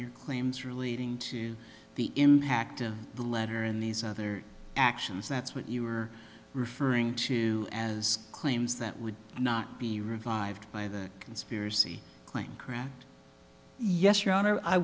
your claims for leading to the impact of the letter in these other actions that's what you were referring to as claims that would not be revived by the conspiracy claim grant yes